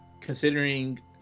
considering